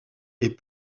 est